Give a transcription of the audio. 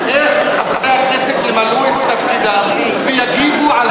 איך חברי הכנסת ימלאו את תפקידם ויגיבו על